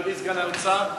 אדוני סגן שר האוצר,